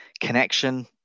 connection